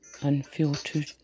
unfiltered